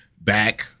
back